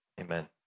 amen